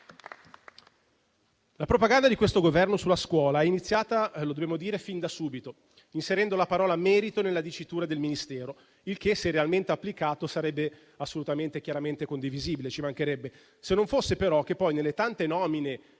La propaganda di questo Governo sulla scuola è iniziata, lo dobbiamo dire, fin da subito, inserendo la parola merito nella dicitura del Ministero. Il che, se realmente applicato, sarebbe assolutamente e chiaramente condivisibile, ci mancherebbe, se non fosse però che poi, nelle tante nomine